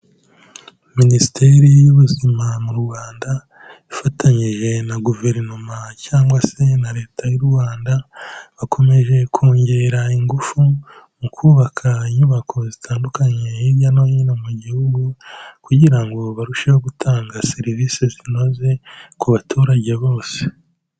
Minisiteri y'Ubuzima mu Rwanda, ifatanyije na Guverinoma cyangwa se na Leta y'u Rwanda, bakomeje kongera ingufu, mu kubaka inyubako zitandukanye hirya no hino mu Gihugu, kugira ngo barusheho gutanga serivisi zinoze, ku baturage bose.